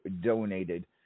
donated